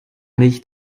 nicht